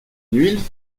nuit